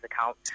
account